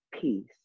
peace